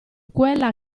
quella